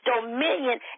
dominion